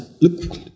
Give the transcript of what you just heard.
look